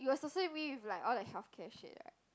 you associate me with like all like healthcare shit right